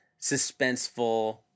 suspenseful